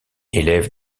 élève